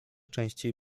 częściej